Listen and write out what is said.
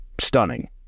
stunning